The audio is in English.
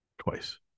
Twice